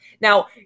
Now